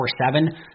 24-7